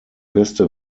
beste